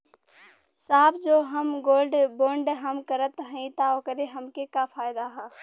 साहब जो हम गोल्ड बोंड हम करत हई त ओकर हमके का फायदा ह?